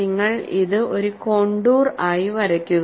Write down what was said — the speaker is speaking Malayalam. നിങ്ങൾ ഇത് ഒരു കോണ്ടൂർ ആയി വരയ്ക്കുക